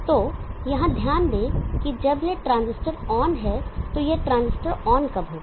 तो यहाँ ध्यान दें कि जब यह ट्रांजिस्टर ऑन है तो यह ट्रांजिस्टर ऑन कब होगा